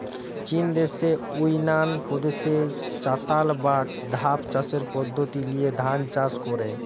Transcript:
চিন দেশের ইউনান প্রদেশে চাতাল বা ধাপ চাষের পদ্ধোতি লিয়ে ধান চাষ কোরা